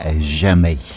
jamais